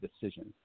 decision